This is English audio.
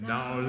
Now